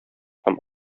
һәм